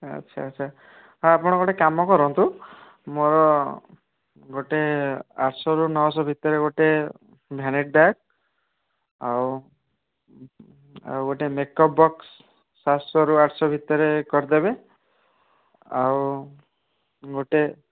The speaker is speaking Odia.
ଆଚ୍ଛା ଆଚ୍ଛା ହଁ ଆପଣ ଗୋଟେ କାମ କରନ୍ତୁ ମୋର ଗୋଟେ ଆଠଶହରୁ ନଅଶହ ଭିତରେ ଗୋଟେ ଭ୍ୟାନିଟି ବ୍ୟାଗ୍ ଆଉ ଆଉ ଗୋଟେ ମେକଅପ୍ ବକ୍ସ ସାତଶହରୁ ଆଠଶହ ଭିତରେ କରିଦେବେ ଆଉ ଗୋଟେ